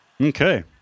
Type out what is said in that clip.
Okay